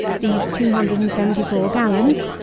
these two hundred and seventy four gallons,